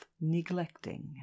neglecting